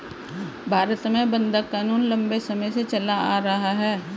भारत में बंधक क़ानून लम्बे समय से चला आ रहा है